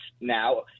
now